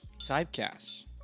typecast